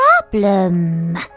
problem